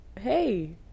Hey